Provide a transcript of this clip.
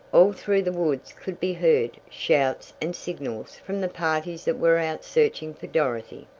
all through the woods could be heard shouts and signals from the parties that were out searching for dorothy,